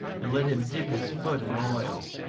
and let him dip his foot in oil.